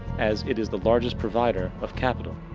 as it is the largest provider of capital.